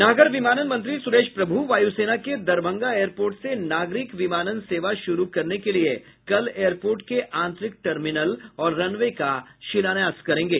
नागर विमानन मंत्री सुरेश प्रभू वायुसेना के दरभंगा एयरपोर्ट से नागरिक विमानन सेवा शुरू करने के लिये कल एयरपोर्ट के आंतरिक टर्मिनल और रनवे का शिलान्यास करेंगे